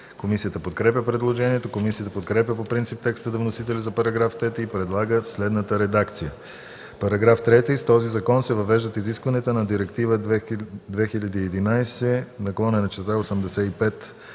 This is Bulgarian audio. Комисията подкрепя предложението. Комисията подкрепя по принцип текста на вносителя за § 3 и предлага следната редакция: „§ 3. С този закон се въвеждат изискванията на Директива 2011/85/ЕС на Съвета от